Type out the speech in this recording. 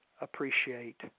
appreciate